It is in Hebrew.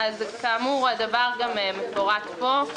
כמו שמפורט פה,